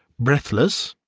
breathless,